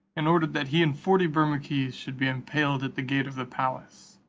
and ordered that he and forty bermukkees should be impaled at the gate of the palace.